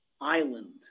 island